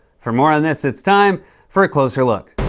for more on this, it's time for a closer look.